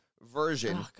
version